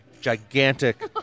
gigantic